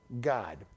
God